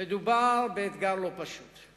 מדובר באתגר לא פשוט.